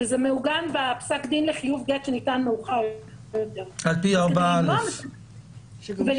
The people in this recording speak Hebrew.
וזה מעוגן בפסק דין לחיוב גט שניתן מאוחר יותר --- על פי 4א. וגם